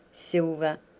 silver,